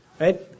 right